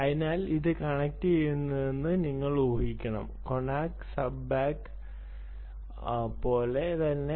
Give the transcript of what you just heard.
അതിനാൽ ഇത് കണക്റ്റുചെയ്യുമെന്ന് നിങ്ങൾ ഊഹിക്കണം കോണാക്ക് സബ്സ്ബാക്ക് പോലെ തന്നെ